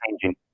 changing